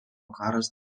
karas